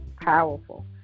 powerful